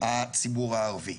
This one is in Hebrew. הציבור הערבי.